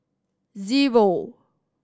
zero